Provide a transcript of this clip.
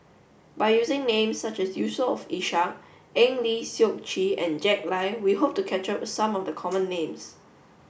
by using names such as Yusof Ishak Eng Lee Seok Chee and Jack Lai we hope to capture some of the common names